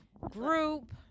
group